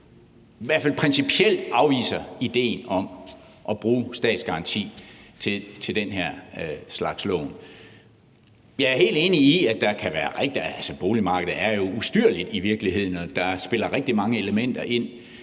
i hvert fald principielt ikke afviser idéen om at bruge statsgaranti til den her slags lån. Jeg er helt enig i, at boligmarkedet jo i virkeligheden er ustyrligt, og at der spiller rigtig mange elementer ind,